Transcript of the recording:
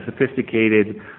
sophisticated